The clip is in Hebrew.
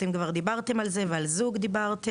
אתם כבר דיברתם על זה ועל זוג דיברתם,